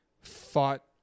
fought